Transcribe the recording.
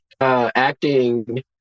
acting